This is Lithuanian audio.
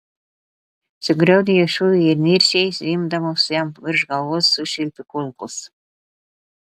sugriaudėjo šūviai ir niršiai zvimbdamos jam virš galvos sušvilpė kulkos